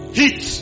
heat